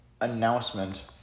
announcement